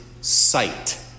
sight